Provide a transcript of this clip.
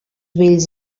vells